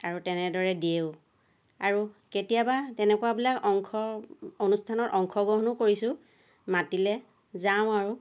আৰু তেনেদৰে দিয়েও আৰু কেতিয়াবা তেনেকুৱাবিলাক অংশ অনুস্থানত অংশগ্ৰহণো কৰিছোঁ মাতিলে যাওঁ আৰু